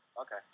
Okay